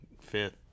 fifth